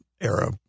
Era